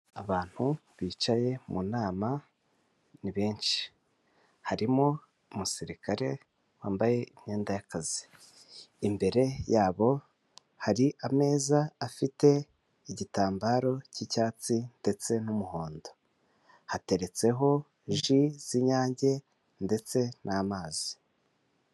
Abantu bicaye mu nama, ni benshi. Harimo umusirikare wambaye imyenda y'akazi. Imbere yabo hari ameza afite igitambaro cy'icyatsi ndetse n'umuhondo. Hateretseho ji z'inyange ndetse n'amazi.